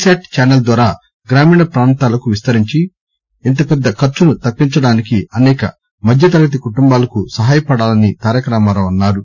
SAT channel ద్వారా గ్రామీణ ప్రాంతాలకు విస్తరించి ఇంత పెద్ద ఖర్చును తప్పించడానికి అనేక మధ్యతరగతి కుటుంబాలకు సహాయపడాలని తారక రామారావు అన్నారు